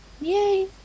Yay